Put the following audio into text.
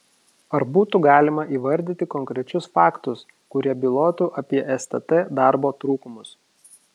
ar būtų galima įvardyti konkrečius faktus kurie bylotų apie stt darbo trūkumus